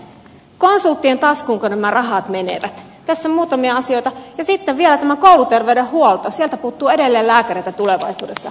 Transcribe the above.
kala sopien taas mukana rahat menevät tässä muutamia asioita sitä vielä kouluterveydenhuolto siltä puuttuu edelleen lääkäreitä tulevaisuudessa